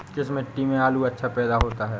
किस मिट्टी में आलू अच्छा पैदा होता है?